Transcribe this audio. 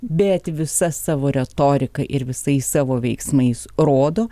bet visa savo retorika ir visais savo veiksmais rodo